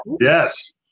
Yes